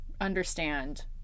understand